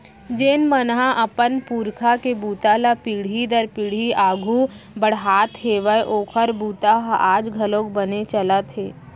जेन मन ह अपन पूरखा के बूता ल पीढ़ी दर पीढ़ी आघू बड़हात हेवय ओखर बूता ह आज घलोक बने चलत हे